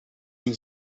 een